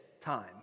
time